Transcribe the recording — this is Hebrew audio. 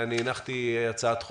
הנחתי הצעת חוק,